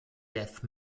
death